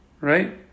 right